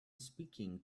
speaking